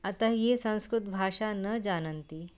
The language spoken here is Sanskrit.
अतः ये संस्कृतभाषां न जानन्ति